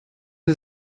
sie